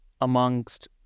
amongst